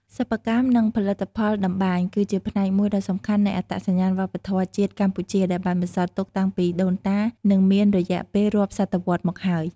សិប្បកម្ម និងផលិតផលតម្បាញ គឺជាផ្នែកមួយដ៏សំខាន់នៃអត្តសញ្ញាណវប្បធម៌ជាតិកម្ពុជា ដែលបានបន្សល់ទុកតាំងពីដូនតា និងមានរយៈពេលរាប់សតវត្សរ៍មកហើយ។